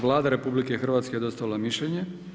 Vlada RH je dostavila mišljenje.